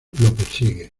persigue